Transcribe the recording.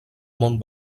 mont